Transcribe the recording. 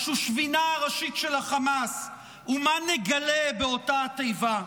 השושבינה הראשית של החמאס, ומה נגלה באותה התיבה?